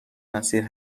مسیر